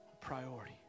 Priority